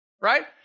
right